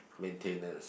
maintenance